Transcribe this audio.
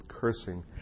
cursing